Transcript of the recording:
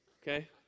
okay